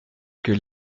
que